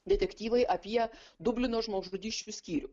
detektyvai apie dublino žmogžudysčių skyrių